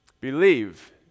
Believe